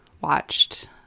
watched